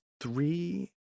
three